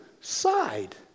side